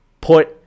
put